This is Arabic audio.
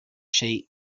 شيء